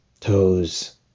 toes